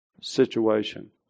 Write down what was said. Situation